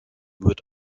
wird